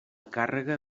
càrrega